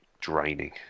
draining